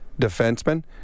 defenseman